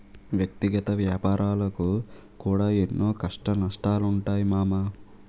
వ్యక్తిగత ఏపారాలకు కూడా ఎన్నో కష్టనష్టాలుంటయ్ మామా